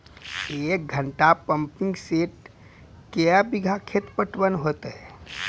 एक घंटा pumping set क्या बीघा खेत पटवन है तो?